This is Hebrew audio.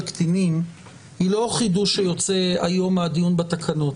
קטינים היא לא חידוש שיוצא היום מהדיון בתקנות,